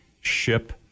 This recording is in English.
ship